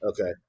Okay